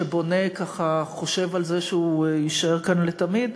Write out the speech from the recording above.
שבונה, ככה, חושב על זה שהוא יישאר כאן לתמיד,